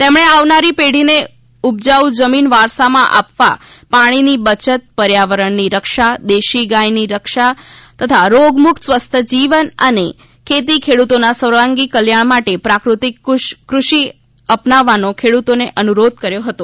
તેમણે આવનારી પેઢીને ઉપજાઉ જમીન વારસામાં આપવા પાણીની બચત પર્યાવરણની રક્ષા દેશી ગાયની રક્ષા રોગમુક્ત સ્વસ્થ જીવન અને ખેતી ખેડૂતોના સર્વાંગી કલ્યાણ માટે પ્રાકૃતિક કૃષિ અપનાવવા ખેડૂતોને અનુરોધ કર્યો હતો